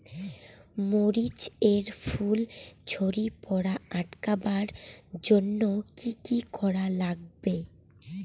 মরিচ এর ফুল ঝড়ি পড়া আটকাবার জইন্যে কি কি করা লাগবে?